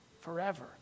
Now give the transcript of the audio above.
forever